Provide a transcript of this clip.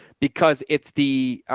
because it's the,